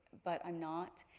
but i'm not,